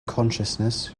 consciousness